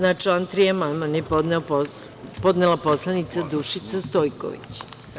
Na član 3. amandman je podnela poslanica Dušica Stojković.